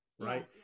Right